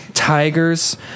Tigers